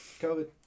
COVID